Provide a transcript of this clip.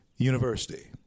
university